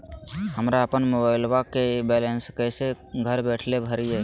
हमरा अपन मोबाइलबा के बैलेंस कैसे घर बैठल भरिए?